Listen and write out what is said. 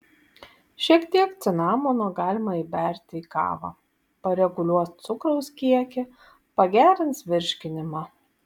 šiek tiek cinamono galima įberti į kavą pareguliuos cukraus kiekį pagerins virškinimą